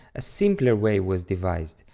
a simpler way was devised,